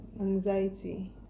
anxiety